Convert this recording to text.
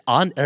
on